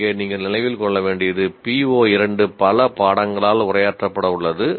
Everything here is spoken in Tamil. இங்கே நீங்கள் நினைவில் கொள்ள வேண்டியது PO2 பல பாடங்களால் உரையாற்றப்பட உள்ளது